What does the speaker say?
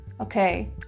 okay